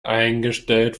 eingestellt